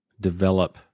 develop